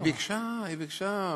היא ביקשה, היא ביקשה.